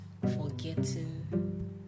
forgetting